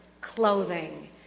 clothing